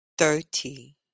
Thirty